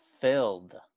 Filled